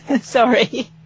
sorry